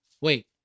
Wait